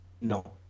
No